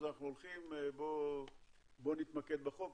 בואו נתמקד בחוק.